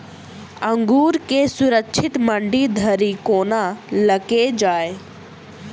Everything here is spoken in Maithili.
अंगूर केँ सुरक्षित मंडी धरि कोना लकऽ जाय?